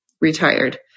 retired